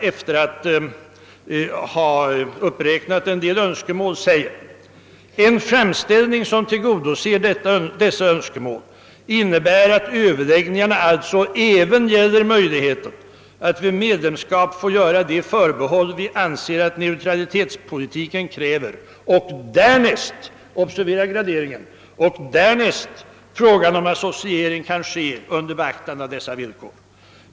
Efter att ha räknat upp en del önskemål säger herr Hedlund: »En framställning som tillgodoser detta önskemål innebär att överläggningarna alltså även gäller möjligheten att vid medlemskap få göra de förbehåll vi anser att neutralitetspolitiken kräver och därnäst» — observera graderingen! — »frågan om en associering kan ske under beaktande av dessa villkor.